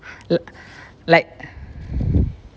lik~ like